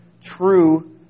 true